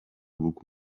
łuk